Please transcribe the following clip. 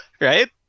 right